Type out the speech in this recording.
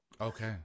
Okay